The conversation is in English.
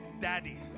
daddy